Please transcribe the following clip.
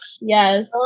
yes